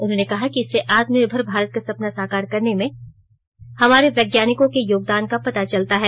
उन्होंने कहा कि इससे आत्मनिर्भर भारत का सपना साकार करने में हमारे वैज्ञानिकों के योगदान का पता चलता है